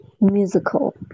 musical